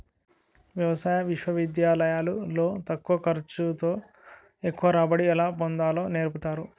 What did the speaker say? వ్యవసాయ విశ్వవిద్యాలయాలు లో తక్కువ ఖర్చు తో ఎక్కువ రాబడి ఎలా పొందాలో నేర్పుతారు